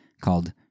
called